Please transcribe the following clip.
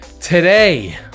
Today